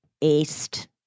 east